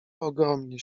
ogromnie